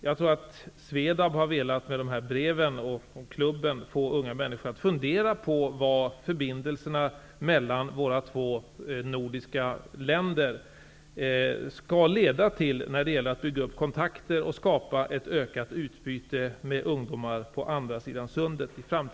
Jag tror att Swedab med dessa brev från klubben har velat få unga människor att fundera på vad förbindelsen mellan våra två nordiska länder kan leda till när det gäller att bygga upp kontakter och skapa ett ökat utbyte i framtiden med ungdomar på andra sidan sundet.